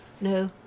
No